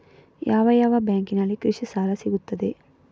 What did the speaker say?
ಯಾವ ಯಾವ ಬ್ಯಾಂಕಿನಲ್ಲಿ ಕೃಷಿ ಸಾಲ ಸಿಗುತ್ತದೆ?